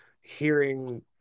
hearing